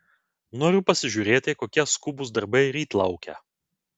noriu pasižiūrėti kokie skubūs darbai ryt laukia